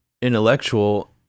intellectual